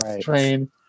train